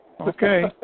Okay